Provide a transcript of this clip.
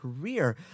career